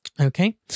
Okay